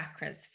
chakras